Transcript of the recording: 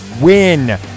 win